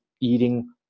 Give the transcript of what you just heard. eating